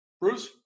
Bruce